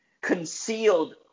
concealed